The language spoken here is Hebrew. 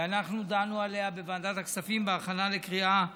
ואנחנו דנו עליה בוועדת הכספים בהכנה לקריאה הראשונה,